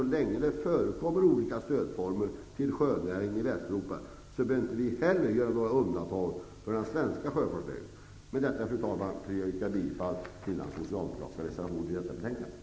Så länge det förekommer olika stödformer till sjönäringen i Västeuropa behöver inte heller den svenska sjöfartslejden utgöra något undantag. Med detta vill jag, fru talman, yrka bifall till den socialdemokratiska reservationen till betänkandet.